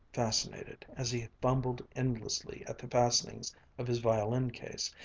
fascinated, as he fumbled endlessly at the fastenings of his violin-case,